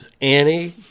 Annie